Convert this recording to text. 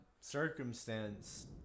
circumstance